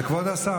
כבוד השר,